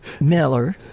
Miller